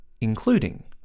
Including